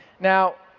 now,